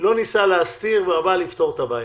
לא ניסה להסתיר ובא לפתור את הבעיה.